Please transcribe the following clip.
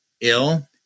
ill